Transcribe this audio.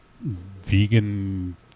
vegan